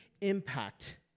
impact